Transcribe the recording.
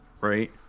Right